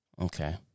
Okay